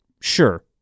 sure